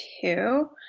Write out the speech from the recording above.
two